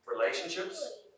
Relationships